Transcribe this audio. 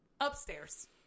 Upstairs